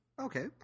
Okay